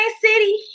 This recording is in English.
city